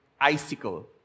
icicle